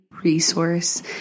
resource